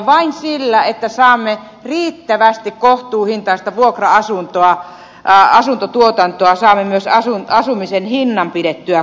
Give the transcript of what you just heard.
vain sillä että saamme riittävästi kohtuuhintaista vuokra asuntoa pään seutu tuotanto asunto tuotantoa saamme asumisen hinnan pidettyä kohtuudessa